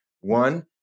One